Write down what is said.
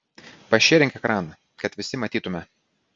pašėrink ekraną kad visi matytume